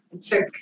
took